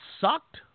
sucked